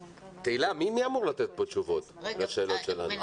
--- תהלה, מי אמור לתת פה תשובות לשאלות שלנו?